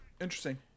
Interesting